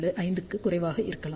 5 க்கு குறைவாக இருக்கலாம்